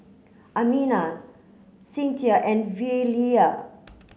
Amina Cinthia and Velia